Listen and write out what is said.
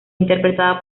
interpretada